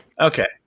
Okay